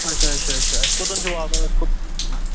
اچھا اچھا اچھا اَسہِ کوٚت چھُ واتُن أسۍ کوٚت یِمو